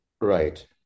Right